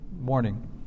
morning